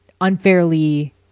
Unfairly